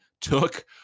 took